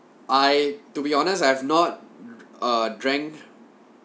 I to be honest I have not err drank